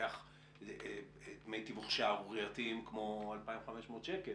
ולוקח דמי תיווך שערורייתיים כמו 2,500 שקל